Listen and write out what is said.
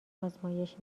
آزمایش